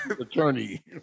attorney